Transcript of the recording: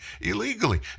illegally